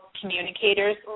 communicators